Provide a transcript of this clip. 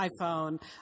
iPhone